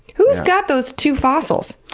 who's got those two fossils?